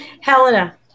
Helena